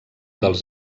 dels